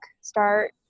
start